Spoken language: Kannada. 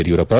ಯಡಿಯೂರಪ್ಪ